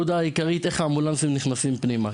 איך האמבולנסים נכנסים פנימה.